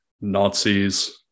Nazis